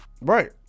Right